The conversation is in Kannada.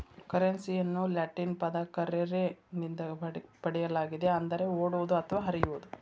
ಕರೆನ್ಸಿಯನ್ನು ಲ್ಯಾಟಿನ್ ಪದ ಕರ್ರೆರೆ ನಿಂದ ಪಡೆಯಲಾಗಿದೆ ಅಂದರೆ ಓಡುವುದು ಅಥವಾ ಹರಿಯುವುದು